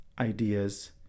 ideas